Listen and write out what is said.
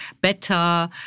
better